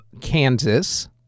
Kansas